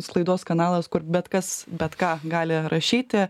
sklaidos kanalas kur bet kas bet ką gali rašyti